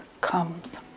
comes